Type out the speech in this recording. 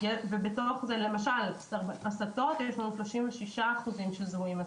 בתוך זה, יש לנו 36% שזוהו כהסתות.